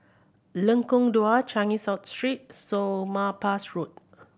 Lengkong Dua Changi South Street Somapah Road